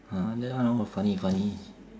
ha that one all funny funny